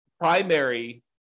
Primary